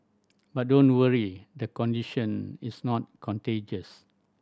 but don't worry the condition is not contagious